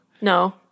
No